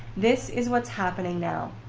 this is what's happening now.